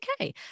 okay